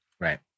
Right